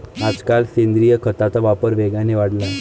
आजकाल सेंद्रिय खताचा वापर वेगाने वाढला आहे